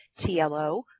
TLO